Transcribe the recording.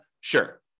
Sure